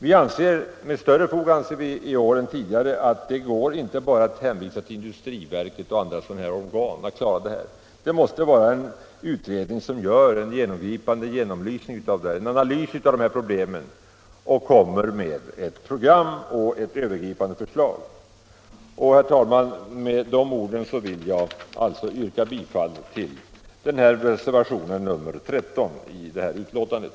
Vi anser — med större fog i år än tidigare — att det inte bara går att hänvisa till att industriverket och andra organ skall klara detta, utan en utredning måste göra en analys av de här problemen samt komma med ett program och ett övergripande förslag. Herr talman! Med de orden vill jag yrka bifall till reservationen 13 i betänkandet.